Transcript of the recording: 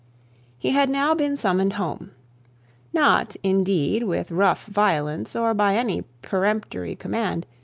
he had now been summoned home not indeed, with rough violence, or by any peremptory command,